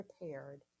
prepared